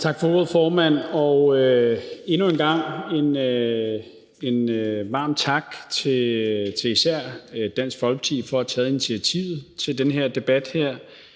Tak for ordet, formand. Endnu en gang en varm tak til især Dansk Folkeparti for at have taget initiativet til den her debat.